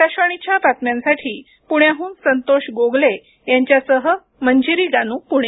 आकाशवाणीच्या बातम्यांसाठी पुण्याहून संतोष गोगले यांच्यासह मंजिरी गानू पुणे